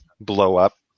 blow-up